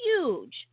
huge